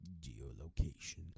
Geolocation